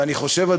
ואני גם חושב,